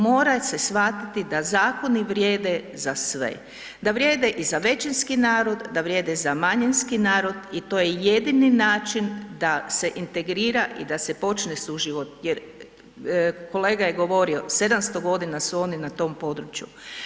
Mora se shvatiti da zakoni vrijede za sve, da vrijede i za većinski narod, da vrijede za manjinski narod i to je jedini način da se integrira i da počne suživot jer kolega je govorio, 700.g. su oni na tom području.